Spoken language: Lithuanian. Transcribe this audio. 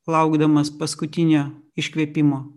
laukdamas paskutinio iškvėpimo